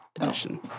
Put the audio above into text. edition